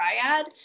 triad